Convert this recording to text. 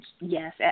Yes